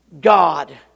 God